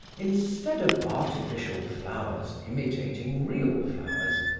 instead of artificial flowers imitating real flowers,